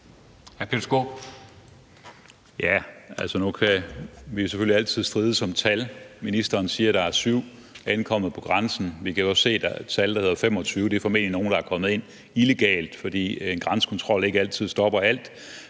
(DF): Nu kan vi jo selvfølgelig altid strides om tal. Ministeren siger, at der er ankommet 7 på grænsen. Vi kan se, at der er et tal, der hedder 25. Det er formentlig nogle, der er kommet ind illegalt, fordi en grænsekontrol ikke altid stopper alt.